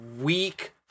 week